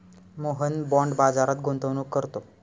Mohan bond बाजारात गुंतवणूक करतो